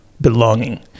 belonging